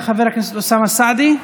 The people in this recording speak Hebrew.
חבר הכנסת אוסאמה סעדי.